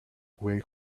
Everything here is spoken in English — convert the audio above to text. way